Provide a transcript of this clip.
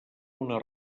una